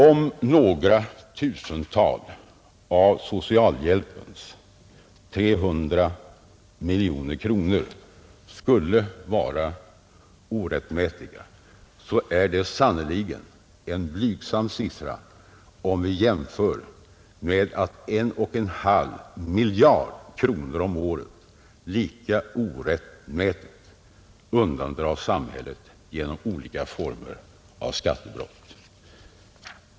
Om några 1 000-tal kronor av socialhjälpens 300 miljoner kronor skulle utbekommas orättmätigt är det sannerligen en blygsam siffra, om vi jämför med att 1,5 miljarder kronor om året lika orättmätigt undandras samhället genom olika former av skattebrott.